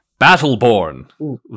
Battleborn